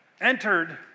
entered